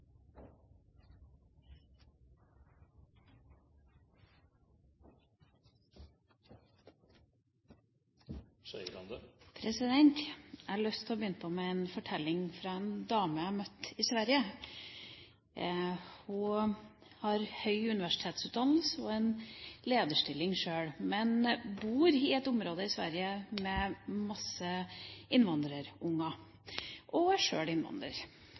Jeg har lyst til å begynne med en fortelling fra en dame jeg har møtt i Sverige. Hun har høy universitetsutdannelse og en lederstilling sjøl, men bor i et område i Sverige med mange innvandrerbarn og er sjøl innvandrer.